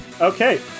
okay